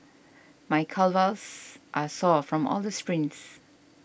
my calves are sore from all the sprints